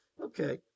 Okay